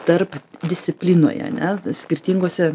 tarp disciplinoje ane skirtingose